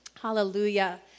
Hallelujah